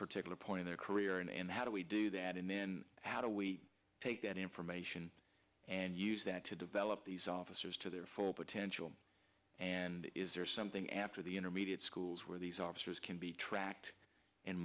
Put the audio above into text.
particular point in their career and how do we do that and then how do we take that information and use that to develop these officers to their full potential and is there something after the intermediate schools where these officers can be tracked and